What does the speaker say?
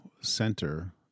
center